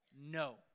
no